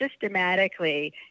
systematically